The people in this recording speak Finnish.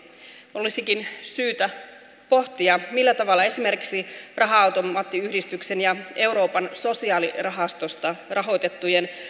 olisikin syytä pohtia millä tavalla esimerkiksi raha automaattiyhdistyksestä ja euroopan sosiaalirahastosta rahoitettujen